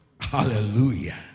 hallelujah